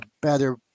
better